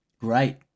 Great